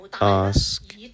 ask